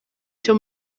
cyo